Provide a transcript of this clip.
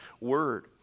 word